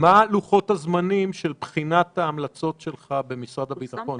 לוחות הזמנים של בחינת ההמלצות שלך במשרד הביטחון?